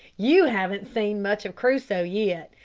you haven't seen much of crusoe yet.